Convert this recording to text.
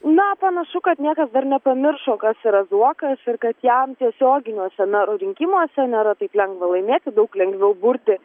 na panašu kad niekas dar nepamiršo kas yra zuokas ir kad jam tiesioginiuose merų rinkimuose nėra taip lengva laimėti daug lengviau burti